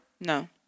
no